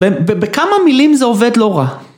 בכמה מילים זה עובד לא רע.